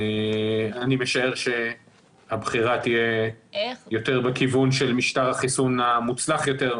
אני משער שהבחירה תהיה יותר בכיוון של משטר החיסון המוצלח יותר,